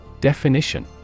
Definition